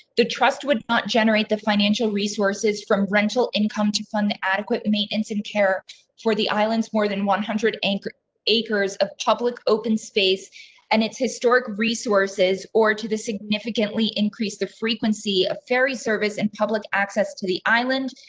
the trust would not generate the financial resources from rental income to fund the adequate maintenance and care for the islands more than one hundred acres acres of public open space and its historic resources, or to the significantly increase the frequency, a ferry service and public access to the island.